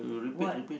what